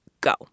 go